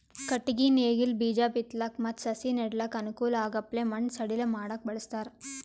ಕಟ್ಟಗಿ ನೇಗಿಲ್ ಬೀಜಾ ಬಿತ್ತಲಕ್ ಮತ್ತ್ ಸಸಿ ನೆಡಲಕ್ಕ್ ಅನುಕೂಲ್ ಆಗಪ್ಲೆ ಮಣ್ಣ್ ಸಡಿಲ್ ಮಾಡಕ್ಕ್ ಬಳಸ್ತಾರ್